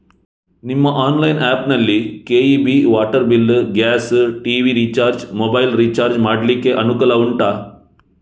ನಿಮ್ಮ online app ನಲ್ಲಿ KEB, water bill, gas, TV recharge, mobile recharge ಮಾಡ್ಲಿಕ್ಕೆ ಅನುಕೂಲ ಉಂಟಾ